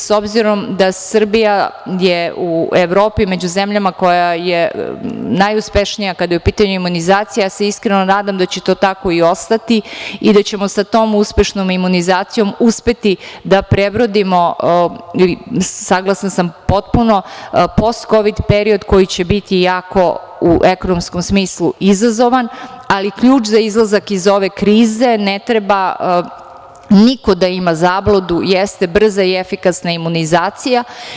S obzirom da Srbija je u Evropi među zemljama koja je najuspešnija kada je u pitanju imunizacija, ja se iskreno nadam da će to tako i ostati i da ćemo sa tom uspešnom imunizacijom uspeti da prebrodimo, saglasna sam potpuno, postkovid period koji će biti jako u ekonomskom smislu izazovan, ali ključ za izlazak iz ove krize, ne treba niko da ima zabludu, jeste brza i efikasna imunizacija.